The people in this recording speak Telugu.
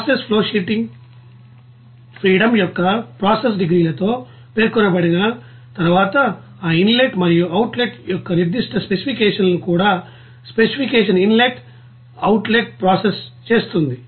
ప్రాసెస్ ఫ్లోషీట్ ఫ్రీడమ్ యొక్క ప్రాసెస్ డిగ్రీలతో పేర్కొనబడిన తరువాత ఈ ఇన్ లెట్ మరియు అవుట్ లెట్ యొక్క నిర్ధిష్ట స్పెసిఫికేషన్ లను కూడా specification inlet outlet process చేస్తుంది